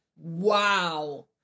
Wow